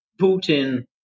Putin